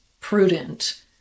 prudent